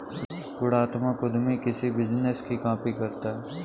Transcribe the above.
गुणात्मक उद्यमी किसी बिजनेस की कॉपी करता है